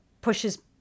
pushes